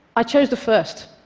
i chose the first.